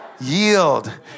yield